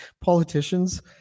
politicians